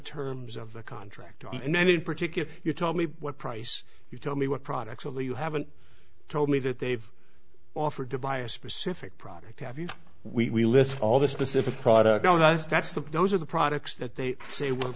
terms of the contract and in particular you tell me what price you tell me what products will you haven't told me that they've offered to buy a specific product have you we list all the specific products on us that's the those are the products that they say we're